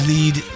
Lead